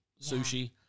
sushi